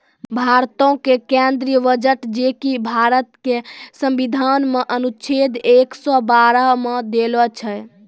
भारतो के केंद्रीय बजट जे कि भारत के संविधान मे अनुच्छेद एक सौ बारह मे देलो छै